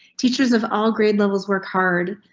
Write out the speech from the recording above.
teachers of all grade levels work hard,